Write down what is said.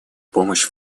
помощь